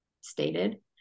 stated